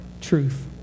truth